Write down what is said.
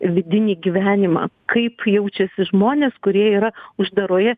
vidinį gyvenimą kaip jaučiasi žmonės kurie yra uždaroje